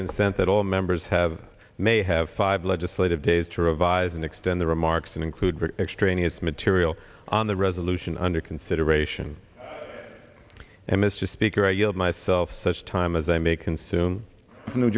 consent that all members have may have five legislative days to revise and extend their remarks and include extraneous material on the resolution under consideration and mr speaker i yield myself such time as i may consume new